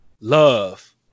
love